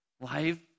life